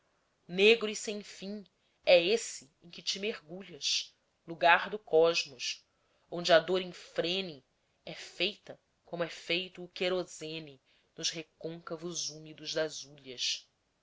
negro e sem fim é esse em que te mergulhas lugar do cosmos onde a dor infrene é feita como é feito o querosene nos recôncavos úmidos das hulhas